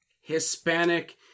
Hispanic